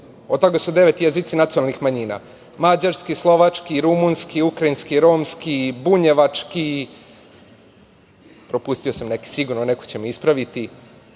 od toga su devet jezici nacionalnih manjina – mađarski, slovački, rumunski, ukrajinski, romski, bunjevački, propustio sam neki sigurno, neko će me ispraviti. Ono